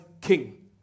king